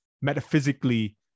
metaphysically